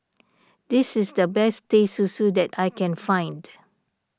this is the best Teh Susu that I can find